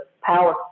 power